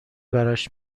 براش